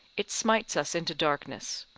it smites us into darkness.